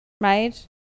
right